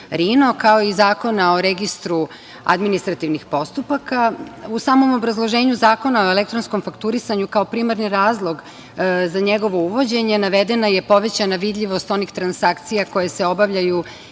RINO, kao i Zakona o registru administrativnih postupaka.U samom obrazloženju Zakona o elektronskom fakturisanju kao primarni razlog za njegovo uvođenje navedena je povećana vidljivost onih transakcija koje se obavljaju